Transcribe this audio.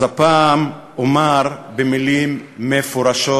הפעם אומר במילים מפורשות,